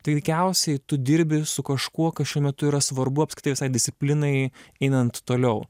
tai veikiausiai tu dirbi su kažkuo kas šiuo metu yra svarbu apskritai visai disciplinai einant toliau